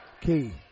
Key